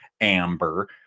amber